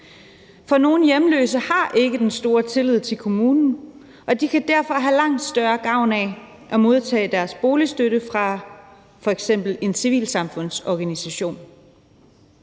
fra. Nogle hjemløse har ikke den store tillid til kommunen, og de kan derfor have langt større gavn af at modtage deres boligstøtte fra f.eks. en civilsamfundsorganisation.